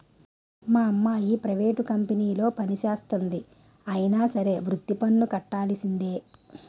మా అమ్మాయి ప్రైవేట్ కంపెనీలో పనిచేస్తంది అయినా సరే వృత్తి పన్ను కట్టవలిసిందే